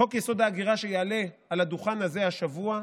חוק-יסוד: ההגירה, שיעלה על הדוכן הזה השבוע,